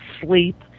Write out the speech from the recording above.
sleep